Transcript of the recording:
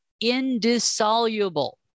indissoluble